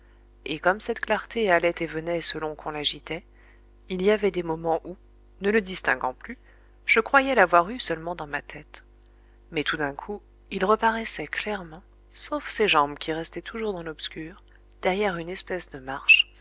et comme cette clarté allait et venait selon qu'on l'agitait il y avait des moments où ne le distinguant plus je croyais l'avoir eu seulement dans ma tête mais tout d'un coup il reparaissait clairement sauf ses jambes qui restaient toujours dans l'obscur derrière une espèce de marche